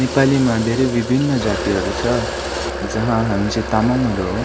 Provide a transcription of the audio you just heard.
नेपालीमा धेरै विभिन्न जातिहरू छ जहाँ हामी चाहिँ तामङहरू हो